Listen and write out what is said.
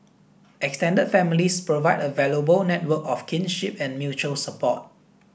extended families provide a valuable network of kinship and mutual support